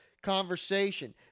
conversation